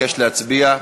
מבקשת להצביע?